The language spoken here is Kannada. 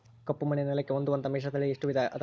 ಕಪ್ಪುಮಣ್ಣಿನ ನೆಲಕ್ಕೆ ಹೊಂದುವಂಥ ಮಿಶ್ರತಳಿ ಎಷ್ಟು ವಿಧ ಅದವರಿ?